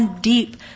deep